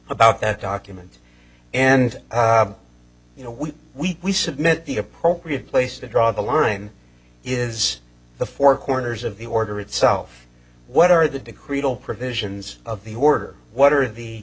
about that document and you know we we we submit the appropriate place to draw the line is the four corners of the order itself what are the decreed all provisions of the order what are the